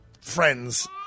friends